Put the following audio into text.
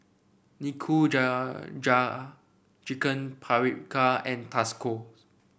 Nikujaga Chicken Paprika and Tasco